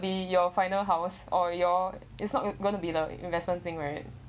be your final house or your it's not going to be the investment thing right